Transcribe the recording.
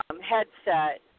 headset